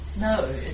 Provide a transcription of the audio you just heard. No